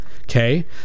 Okay